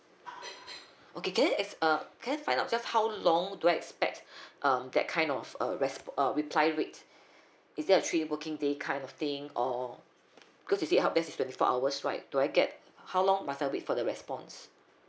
okay can I ex~ uh can I find out just how long do I expect um that kind of uh resp~ uh reply wait is there a three working day kind of thing or cause you said help desk is twenty four hours right do I get how long must I wait for the response